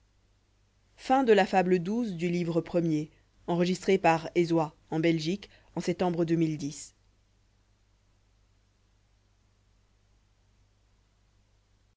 la fable de